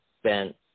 spent